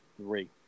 three